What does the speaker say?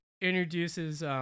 introduces